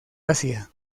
asia